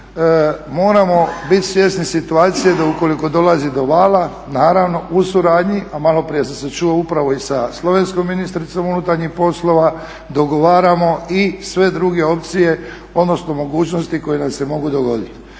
moramo biti svjesni situacije da ukoliko dolazi do vala naravno u suradnji a maloprije sam se čuo upravo i sa slovenskom ministricom unutarnjih poslova dogovaramo i sve druge opcije odnosno mogućnosti koje nam se mogu dogoditi.